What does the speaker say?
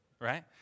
right